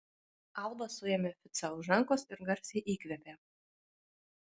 alba suėmė ficą už rankos ir garsiai įkvėpė